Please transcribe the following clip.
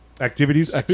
activities